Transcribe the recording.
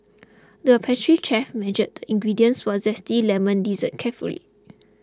the pastry chef measured the ingredients for a Zesty Lemon Dessert carefully